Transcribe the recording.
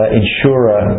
insurer